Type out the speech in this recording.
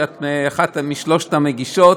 שאת אחת משלוש המגישות,